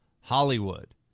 Hollywood